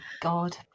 God